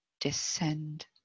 descend